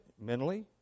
mentally